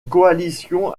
coalition